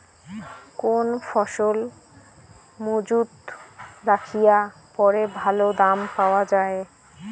কোন ফসল মুজুত রাখিয়া পরে ভালো দাম পাওয়া যায়?